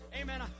Amen